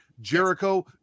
Jericho